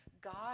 God